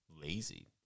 lazy